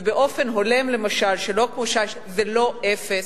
ובאופן הולם, למשל, שלא כמו שי, זה לא אפס.